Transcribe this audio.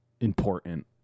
important